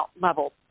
level